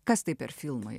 kas tai per filmai